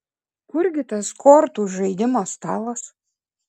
kur gi tas kortų žaidimo stalas